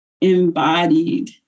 embodied